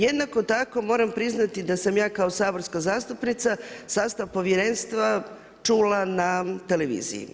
Jednako tako moram priznati, da sam ja kao saborska zastupnica, sastav povjerenstva čula na televiziji.